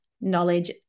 knowledge